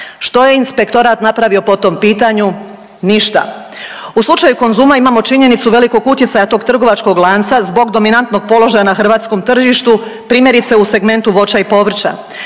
Što je Inspektorat napravio po tom pitanju? Ništa. U slučaju Konzuma imamo činjenicu velikog utjecaja tog trgovačkog lanca zbog dominantnog položaja na hrvatskom tržištu, primjerice, u segmentu voća i povrća.